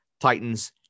Titans